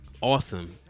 awesome